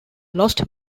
lost